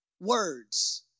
words